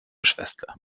schwester